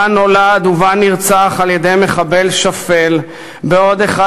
בה נולד ובה נרצח בידי מחבל שפל בעוד אחד